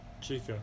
Chica